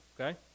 okay